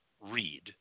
read